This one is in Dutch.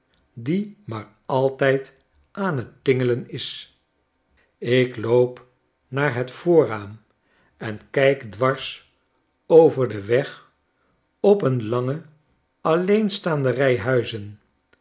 die maar altijd aan t tingelen is ik loop naar het voorraam en kijk dwars over den weg op een lange alleenstaande rij huizen